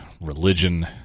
religion